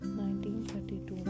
1932